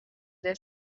their